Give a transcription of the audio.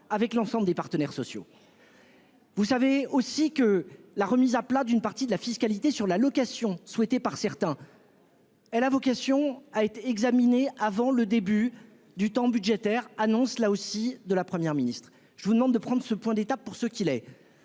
avec l'ensemble des partenaires sociaux ? Vous savez également que la remise à plat d'une partie de la fiscalité sur la location, souhaitée par certains, a vocation à être examinée avant le début de la période budgétaire- il s'agit, là aussi, d'une annonce de la Première ministre. Je vous demande de prendre ce point d'étape pour ce qu'il est